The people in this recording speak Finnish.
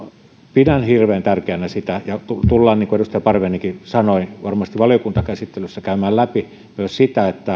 pidän hirveän tärkeänä sitä ja niin kuin edustaja parviainenkin sanoi varmasti myös valiokuntakäsittelyssä tullaan käymään läpi sitä